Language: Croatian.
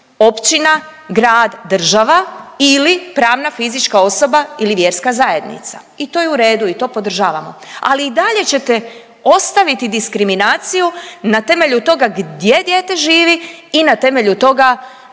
općina, grad, država ili pravna i fizička osoba ili vjerska zajednica i to je u redu i to podržavamo, ali i dalje ćete ostaviti diskriminaciju na temelju toga gdje dijete živi i na temelju toga